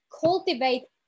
Cultivate